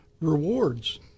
rewards